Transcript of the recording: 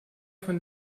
von